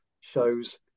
shows